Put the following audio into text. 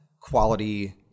quality